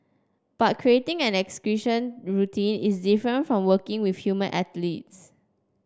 but creating an equestrian routine is different from working with human athletes